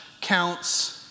counts